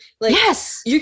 Yes